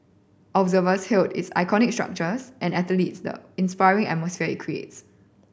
observers hailed its iconic structures and athletes the inspiring atmosphere it creates